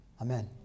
Amen